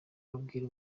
bababwira